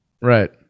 Right